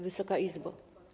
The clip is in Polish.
Wysoka Izbo!